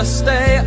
stay